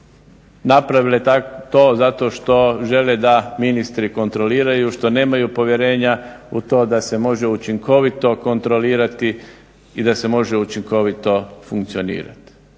napravile to zato što žele da ministri kontroliraju, što nemaju povjerenja u to da se može učinkovito kontrolirati i da se može učinkovito funkcionirat.